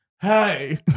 Hey